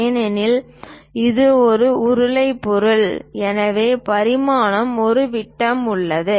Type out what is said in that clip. ஏனெனில் இது ஒரு உருளை பொருள் எனவே பரிமாணமாக ஒரு விட்டம் உள்ளது